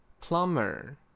Plumber